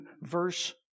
verse